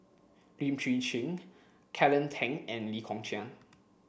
Lim Chwee Chian Kelly Tang and Lee Kong Chian